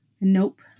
Nope